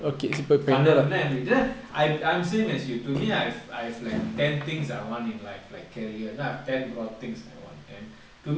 கனவுனா என்னது:kanavuna ennathu I'm I'm same as you to me I I've like ten things I want in life like career you know I have ten broad things I want and